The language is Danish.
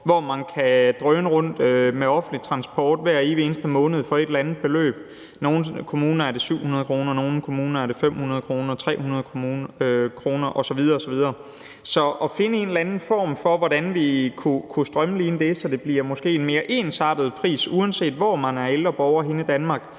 hvor de kan drøne rundt med offentlig transport hver evig eneste måned for et eller andet beløb. I nogle kommuner er det 700 kr., i andre kommuner er det 500 kr. eller 300 kr. osv. osv. Så at finde en eller anden form for, hvordan vi kunne strømline det, så det måske bliver en mere ensartet pris, uanset hvorhenne i Danmark